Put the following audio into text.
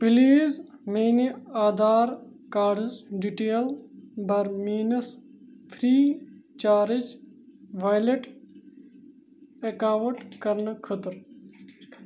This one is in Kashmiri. پلیٖز میانہِ آدھار کاڑٕچ ڈیٹیل بَر میٲنِس فرٛی چارٕج ویلیٹ اکاونٹ کرنہٕ خٲطرٕ